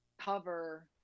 cover